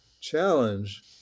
challenge